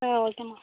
ஆ ஓகேம்மா